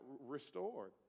restored